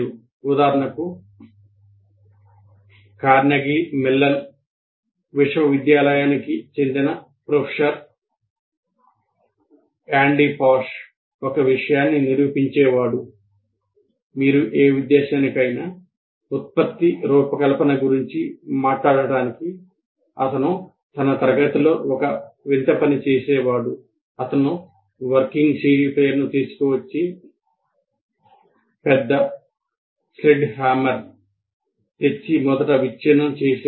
ఉదాహరణకు Carnegie Mellon విశ్వవిద్యాలయానికి తెచ్చి మొదట విచ్ఛిన్నం చేసేవాడు